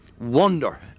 wonder